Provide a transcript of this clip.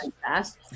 fast